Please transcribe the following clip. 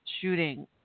shooting